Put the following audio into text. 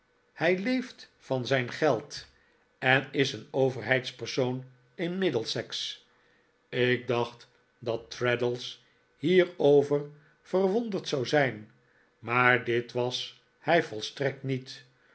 hij leeft van zijn geld en is een overheidspersoon in middlesex ik dacht dat traddles hierover verwonderd zou zijn maar dit was hij volstrekt niet